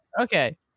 okay